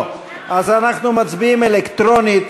אז אנחנו מצביעים אלקטרונית,